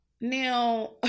Now